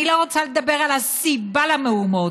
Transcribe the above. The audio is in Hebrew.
אני לא רוצה לדבר על הסיבה למהומות.